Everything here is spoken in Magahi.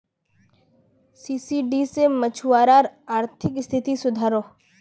सीवीड से मछुवारार अआर्थिक स्तिथि सुधरोह